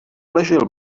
ležel